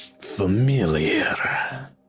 familiar